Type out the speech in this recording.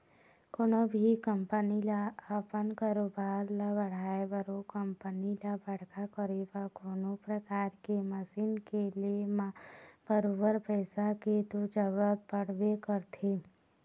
कोनो भी कंपनी ल अपन कारोबार ल बढ़ाय बर ओ कंपनी ल बड़का करे बर कोनो परकार के मसीन के ले म बरोबर पइसा के तो जरुरत पड़बे करथे